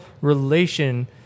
relation